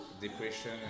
depression